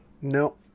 no